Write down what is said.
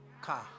car